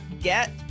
get